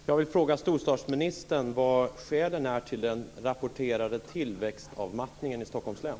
Herr talman! Jag vill fråga storstadsministern vilka skälen är till den rapporterade tillväxtavmattningen i Stockholms län.